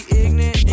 ignorant